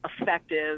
effective